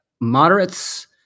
moderates